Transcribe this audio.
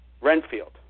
Renfield